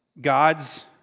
God's